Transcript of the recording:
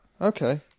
Okay